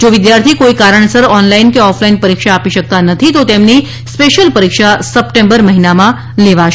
જો વિદ્યાર્થી કોઈ કારણસર ઓનલાઈન કે ઓફલાઈન પરીક્ષા આપી શકતા નથી તો તેમની સ્પેશિયલ પરીક્ષા સપ્ટેમ્બર મહિનામાં લેવાશે